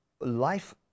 Life